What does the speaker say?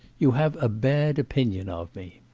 you have a bad opinion of me